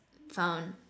found